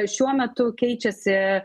šiuo metu keičiasi